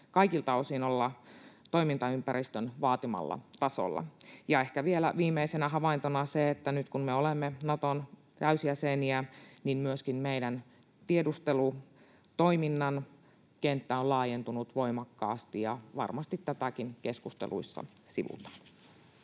kaikilta osin olla toimintaympäristön vaatimalla tasolla. Ehkä vielä viimeisenä havaintona se, että nyt kun me olemme Naton täysjäseniä, niin myöskin meidän tiedustelutoiminnan kenttä on laajentunut voimakkaasti, ja varmasti tätäkin keskusteluissa sivutaan.